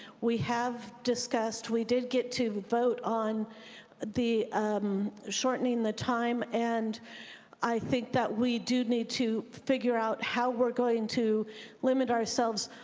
we have discussed, we did get to vote on the shortening the time and i think that it we do need to figure out how we're going to limit ourselves.